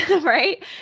right